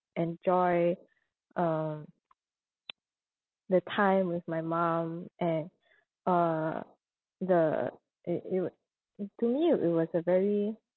enjoy um the time with my mum and uh the it it would and to me it was a very